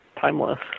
timeless